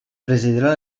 presidirà